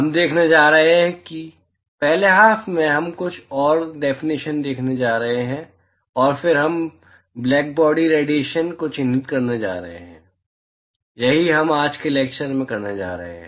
हम देखने जा रहे हैं पहले हाफ में हम कुछ और डेफिनेशन देखने जा रहे हैं और फिर हम ब्लैकबॉडी रेडिएशन को चिह्नित करने जा रहे हैं यही हम आज के लेक्चर में करने जा रहे हैं